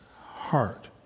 heart